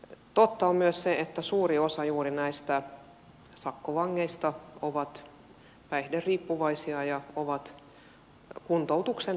totta on myös se että suuri osa juuri näistä sakkovangeista on päihderiippuvaisia ja on kuntoutuksen tarpeessa